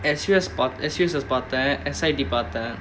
S_U_S பாத்தேன்:paathaen S_I பாத்தேன்:paathaen